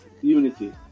unity